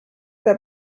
that